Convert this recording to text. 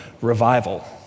revival